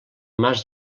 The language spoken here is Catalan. mas